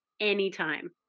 anytime